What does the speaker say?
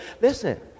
Listen